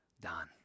done